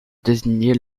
désigner